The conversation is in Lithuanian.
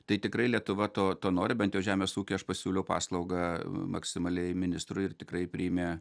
tai tikrai lietuva to to nori bent jau žemės ūky aš pasiūliau paslaugą maksimaliai ministrui ir tikrai priėmė